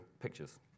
pictures